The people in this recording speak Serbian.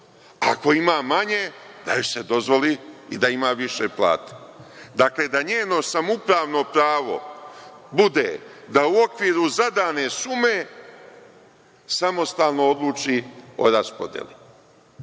ako manje da im se dozvoli da imaju više plate. Dakle, da njeno samoupravno pravo bude da u okviru zadane sume samostalno odluči o raspodeli,